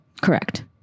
correct